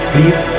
Please